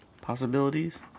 possibilities